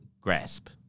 grasp